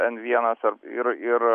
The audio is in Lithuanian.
n vienas ar ir ir